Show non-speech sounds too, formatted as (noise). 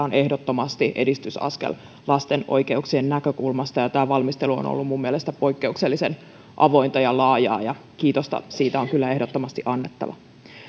(unintelligible) on ehdottomasti edistysaskel lasten oikeuksien näkökulmasta ja tämä valmistelu on ollut minun mielestäni poikkeuksellisen avointa ja laajaa kiitosta siitä on kyllä ehdottomasti annettava